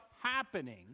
happening